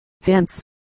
Hence